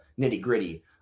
nitty-gritty